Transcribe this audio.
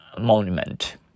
monument